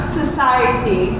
society